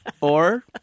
Or-